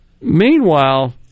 Meanwhile